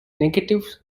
negative